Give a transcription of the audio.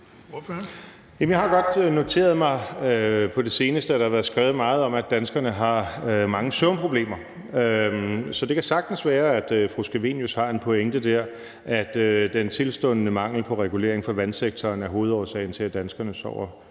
Jeg har godt noteret mig på det seneste, at der har været skrevet meget om, at danskerne har mange søvnproblemer. Så det kan sagtens være, at fru Theresa Scavenius har en pointe der, altså at den tilstundende mangel på regulering af vandsektoren er hovedårsagen til, at danskerne sover